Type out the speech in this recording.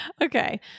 okay